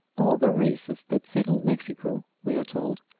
all the races that settled mexico, we are told,